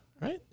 right